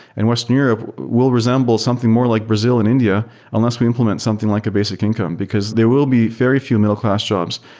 and western europe will resemble something more like brazil and india unless we implement something like a basic income, because there will be very few middle class jobs.